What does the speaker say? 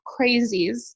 crazies